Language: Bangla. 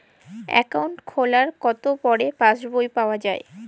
অ্যাকাউন্ট খোলার কতো পরে পাস বই পাওয়া য়ায়?